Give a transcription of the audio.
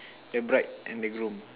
the bride and the groom